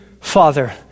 Father